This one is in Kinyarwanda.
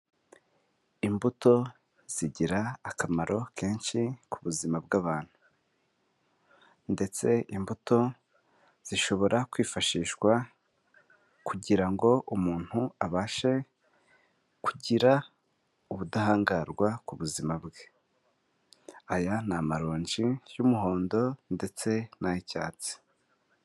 Imbuto zigira akamaro kenshi ku buzima bw'abantu ndetse imbuto zishobora kwifashishwa kugira ngo umuntu abashe kugira ubudahangarwa ku buzima bwe, aya n'amaronji y'umuhondo ndetse n'ay'icyatsi.